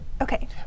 Okay